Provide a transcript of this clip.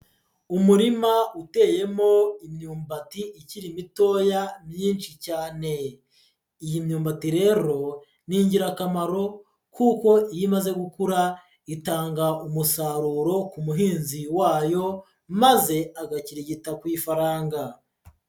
Umurima uteyemo imyumbati ikiri mitoya myinshi cyane, iyi myumbati rero ni ingirakamaro kuko iyo imaze gukura itanga umusaruro ku muhinzi wayo, maze agakirigita ku ifaranga.